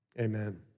Amen